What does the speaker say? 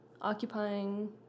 occupying